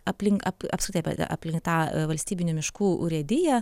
aplink apskritai aplink tą valstybinių miškų urėdiją